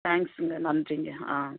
தேங்க்ஸ்ங்க நன்றிங்க ஆ